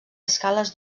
escales